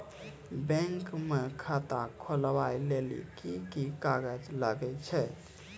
Bank म खाता खोलवाय लेली की की कागज लागै छै?